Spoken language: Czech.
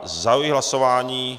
Zahajuji hlasování.